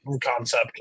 concept